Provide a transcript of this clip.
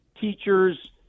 teachers